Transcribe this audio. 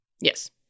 Yes